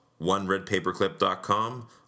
OneRedPaperClip.com